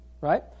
Right